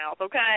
okay